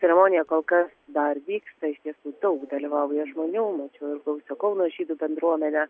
ceremonija kol kas dar vyksta iš tiesų daug dalyvauja žmonių mačiau ir gausią kauno žydų bendruomenę